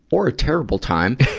or a terrible time,